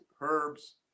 Herb's